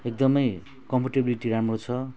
एकदम कम्पेटाबिलिटी राम्रो छ